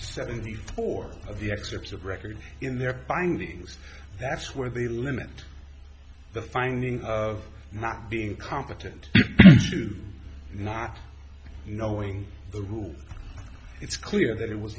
seventy four of the excerpts of record in their findings that's where they limit the finding of my being incompetent to not knowing the rules it's clear that it was